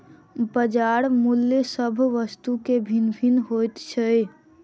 बजार मूल्य सभ वस्तु के भिन्न भिन्न होइत छै